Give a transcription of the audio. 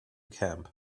camp